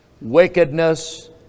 wickedness